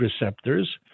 receptors